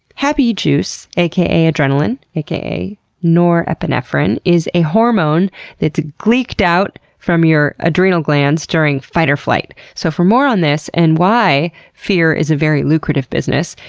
happy juice aka adrenaline, aka norepinephrine, is a hormone that's gleeked out from your adrenal glands during fight or flight. so for more on this and why fear is a very lucrative business,